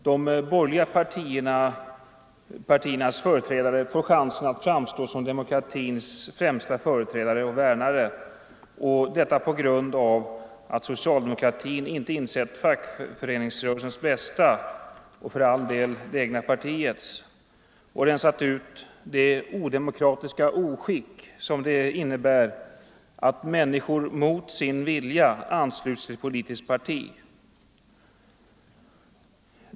De borgerliga partiernas företrädare får chansen att framstå som demokratins främsta värnare och detta på grund av att socialdemokratin inte insett fackföreningsrörelsens bästa — och för all del det egna partiets — och rensat ut det odemokratiska oskick som det innebär att människor mot sin vilja ansluts till ett politiskt parti.